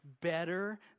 better